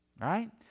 right